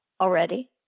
already